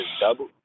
double